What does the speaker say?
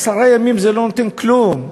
עשרה ימים, זה לא נותן כלום,